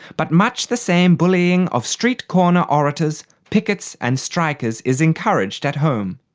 but much the same bullying of street-corner orators, pickets and strikers is encouraged at home.